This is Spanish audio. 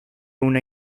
una